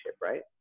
right